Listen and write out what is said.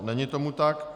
Není tomu tak.